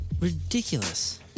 ridiculous